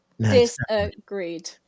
Disagreed